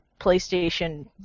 PlayStation